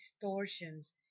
distortions